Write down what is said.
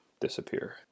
disappear